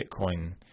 Bitcoin